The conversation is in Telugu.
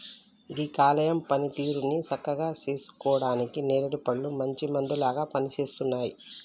గీ కాలేయం పనితీరుని సక్కగా సేసుకుంటానికి నేరేడు పండ్లు మంచి మందులాగా పనిసేస్తున్నాయి